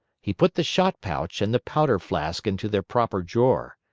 he put the shot-pouch and the powder-flask into their proper drawer.